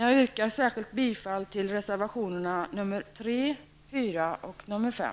Jag yrkar särskilt bifall till reservationerna nr 3, 4 och 5.